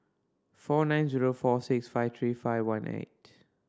four nine zero four six five three five one eight